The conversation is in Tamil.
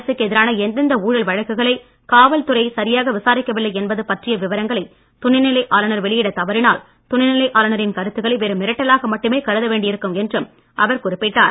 அரசுக்கு எதிரான எந்தெந்த ஊழல் வழக்குகளை காவல்துறை சரியாக விசாரிக்கவில்லை என்பது பற்றிய விவரங்களை துணைநிலை ஆளுநர் வெளியிடத் தவறினால் துணைநிலை ஆளுநரின் கருத்துக்களை வெறும் மிரட்டலாக மட்டுமே கருத வேண்டி இருக்கும் என்றும் அவர் குறிப்பிட்டார்